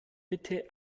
bitte